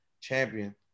champion